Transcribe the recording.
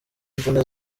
imvune